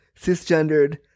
cisgendered